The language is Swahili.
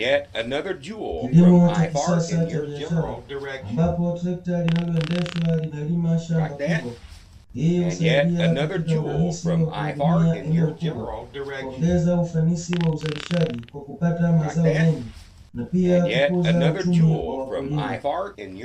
Kilimo cha kisasa cha biashara ambapo trekta linaloendeshwa linalima shamba kubwa. Hii husaidia katika urahisi wa kuhudumia eneo kubwa, kuongeza ufanisi wa uzalishaji kwa kupata mazao mengi; na pia kukuza uchumi wa wakulima.